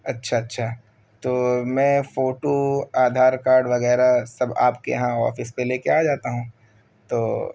اچھا اچھا تو میں فوٹو آدھار کارڈ وغیرہ سب آپ کے یہاں آفس پہ لے کے آ جاتا ہوں تو